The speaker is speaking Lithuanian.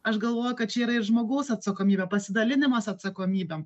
aš galvoju kad čia yra ir žmogaus atsakomybė pasidalinimas atsakomybėm